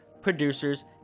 producers